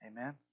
Amen